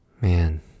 Man